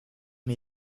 mir